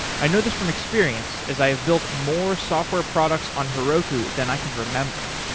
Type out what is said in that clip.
i know this from experience as i have built more software products on heroku than i can remember.